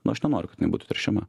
na aš nenoriu kas jinai būtų teršiama